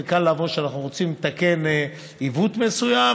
זה קל לבוא כשאנחנו רוצים לתקן עיוות מסוים,